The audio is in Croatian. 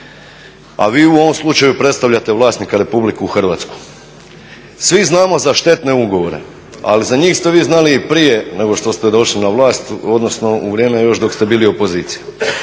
A vi u ovom slučaju predstavljate vlasnika, Republiku Hrvatsku. Svi znamo za štetne ugovore ali za njih ste vi znali i prije nego što ste došli na vlast, odnosno u vrijeme još dok ste bili opozicija.